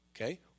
Okay